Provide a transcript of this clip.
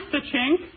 stitching